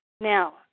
Now